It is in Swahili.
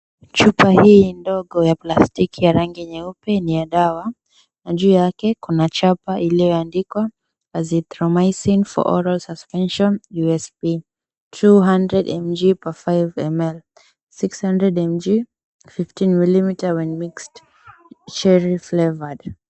Chupa hii ndogo ya rangi ya plastiki nyeupe ndogo ni ya dawa, na juu yake kuna chapa iliyoandikwa Azithronicin For Oral Suspension, USP, 200 mg Per 5 ml. 600 mg, 15 Millimeter when mixed, Cherry flavoured.